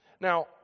Now